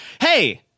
Hey